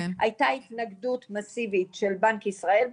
הייתה התנגדות מאסיבית של בנק ישראל,